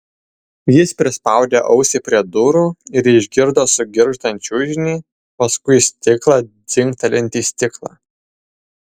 jis prispaudė ausį prie durų ir išgirdo sugirgždant čiužinį paskui stiklą dzingtelint į stiklą